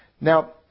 Now